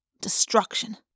Destruction